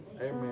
amen